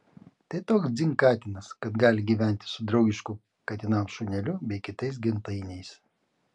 tai toks dzin katinas kad gali gyventi su draugišku katinams šuneliu bei kitais gentainiais